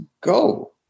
go